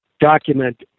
document